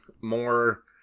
more